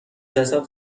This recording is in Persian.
جسد